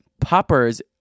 poppers